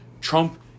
Trump